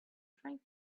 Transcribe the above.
trying